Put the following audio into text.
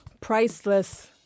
priceless